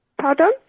Pardon